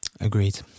Agreed